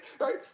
Right